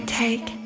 take